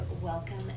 welcome